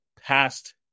past